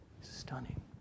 stunning